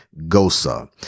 Gosa